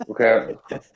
Okay